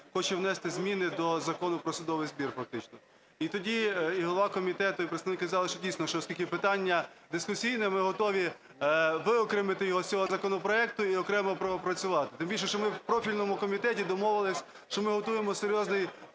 хоче внести зміни до Закону про судовий збір фактично. І тоді і голова комітету, і представник казали, що, дійсно, що, оскільки питання дискусійне, ми готові виокремити його з цього законопроекту і окремо пропрацювати. Тим більше, що ми в профільному комітеті домовились, що ми готуємо серйозний,